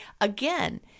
again